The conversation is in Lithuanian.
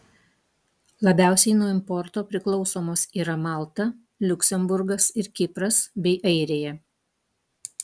labiausiai nuo importo priklausomos yra malta liuksemburgas ir kipras bei airija